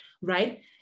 right